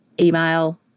email